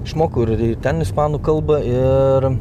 išmokau ir ir ten ispanų kalbą ir